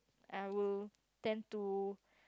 I will tend to